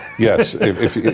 Yes